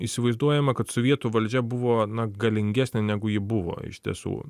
įsivaizduojama kad sovietų valdžia buvo na galingesnė negu ji buvo iš tiesų